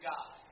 God